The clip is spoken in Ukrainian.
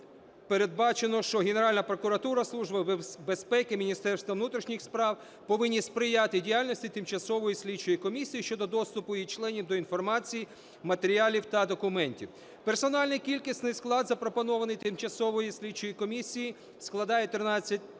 передбачено, що Генеральна прокуратура, Служба безпеки, Міністерство внутрішніх справ повинні сприяти діяльності Тимчасової слідчої комісії щодо доступу їх членів до інформації, матеріалів та документів. Персональний кількісний склад запропонований Тимчасової слідчої комісії складає 13 народних